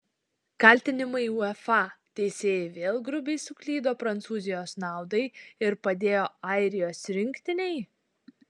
kaltinimai uefa teisėjai vėl grubiai suklydo prancūzijos naudai ir padėjo airijos rinktinei